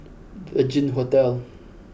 Regin Hotel